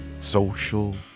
Social